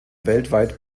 weltweit